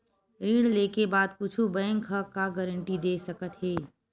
ऋण लेके बाद कुछु बैंक ह का गारेंटी दे सकत हे?